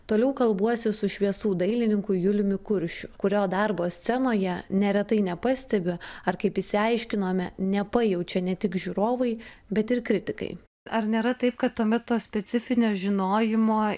toliau kalbuosi su šviesų dailininku juliumi kuršiu kurio darbo scenoje neretai nepastebi ar kaip išsiaiškinome nepajaučia ne tik žiūrovai bet ir kritikai ar nėra taip kad tuomet to specifinio žinojimo